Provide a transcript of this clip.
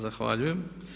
Zahvaljujem.